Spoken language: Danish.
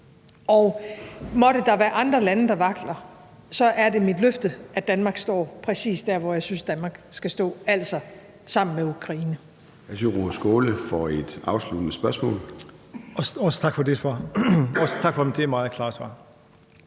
Og måtte der være andre lande, der vakler, så er det mit løfte, at Danmark står præcis der, hvor jeg synes at Danmark skal stå, altså sammen med Ukraine.